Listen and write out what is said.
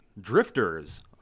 Drifters